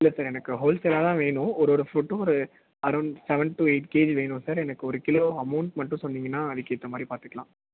இல்லை சார் எனக்கு ஹோல் சேல்லா தான் வேணும் ஒரு ஒரு ஃபுரூட்டும் ஒரு around seven to eight KG வேணும் சார் எனக்கு ஒரு கிலோ அமௌன்ட் மட்டும் சொன்னீங்கன்னா அதுக்கு ஏற்ற மாதிரி பார்த்துக்கலாம்